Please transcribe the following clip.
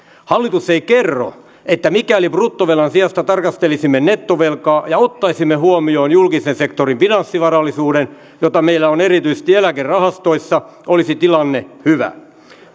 hallitus ei kerro että mikäli bruttovelan sijasta tarkastelisimme nettovelkaa ja ottaisimme huomioon julkisen sektorin finanssivarallisuuden jota meillä on erityisesti eläkerahastoissa olisi tilanne hyvä